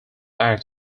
act